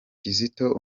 kizito